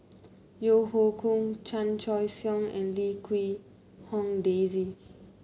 Yeo Hoe Koon Chan Choy Siong and Lim Quee Hong Daisy